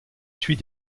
suit